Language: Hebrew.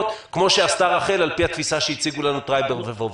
כמו שעשתה רח"ל על פי התפיסה שהציגו לנו טרייבר וצוק רם.